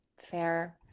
fair